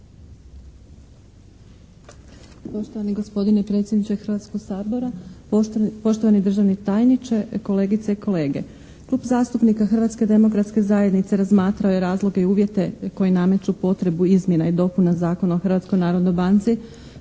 Poštovani gospodine predsjedniče Hrvatskog sabora, poštovani državni tajniče, kolegice i kolege. Klub zastupnika Hrvatske demokratske zajednice razmatrao je razloge i uvjete koji nameću potrebu izmjena i dopuna Zakona o Hrvatskoj narodnoj banci